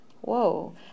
whoa